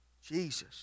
Jesus